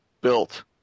built